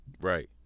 Right